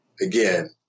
again